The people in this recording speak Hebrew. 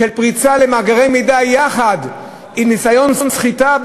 פריצה למאגרי מידע עם ניסיון סחיטה,